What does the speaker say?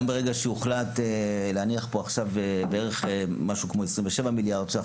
גם ברגע שיוחלט להניח פה עכשיו משהו כמו 27 מיליארד ש"ח,